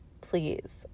please